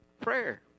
prayer